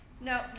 no